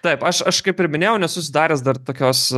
taip aš aš kaip ir minėjau nesusidaręs dar tokios